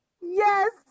yes